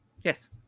Yes